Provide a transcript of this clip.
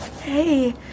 Hey